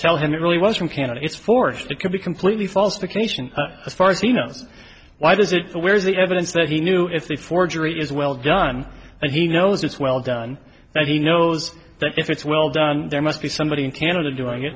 tell him it really was from canada it's forged it could be completely false the creation as far as he knows why does it where's the evidence that he knew if he forgery is well done and he knows it's well done that he knows that if it's well done there must be somebody in canada doing it